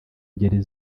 ngeri